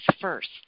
first